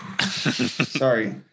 Sorry